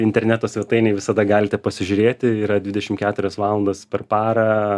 interneto svetainėj visada galite pasižiūrėti yra dvidešimt keturias valandas per parą